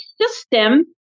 system